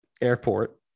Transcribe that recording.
airport